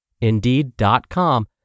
Indeed.com